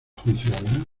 funciona